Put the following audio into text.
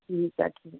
ਠੀਕ ਹੈ ਠੀਕ ਹੈ